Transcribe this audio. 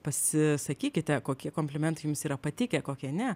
pasisakykite kokie komplimentai jums yra patikę kokie ne